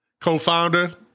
co-founder